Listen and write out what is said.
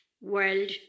World